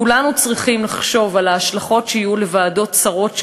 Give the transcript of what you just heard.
כולנו צריכים לחשוב על ההשלכות שיהיו לוועדות צרות שכאלה,